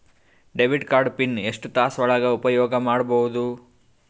Debit card PIN ಎಷ್ಟ ತಾಸ ಒಳಗ ಉಪಯೋಗ ಮಾಡ್ಬಹುದು?